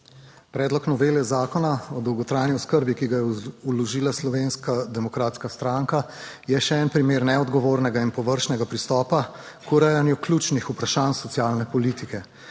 Predlog novele zakona o dolgotrajni oskrbi, ki ga je vložila Slovenska demokratska stranka, je še en primer neodgovornega in površnega pristopa k urejanju ključnih vprašanj socialne politike.